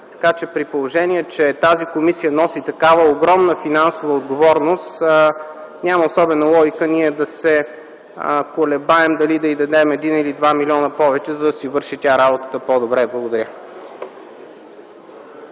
Така че при положение, че тази комисия носи такава огромна финансова отговорност, няма особена логика ние да се колебаем, дали да й дадем един или два милиона повече, за да си върши тя работата по-добре. Благодаря.